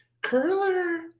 Curler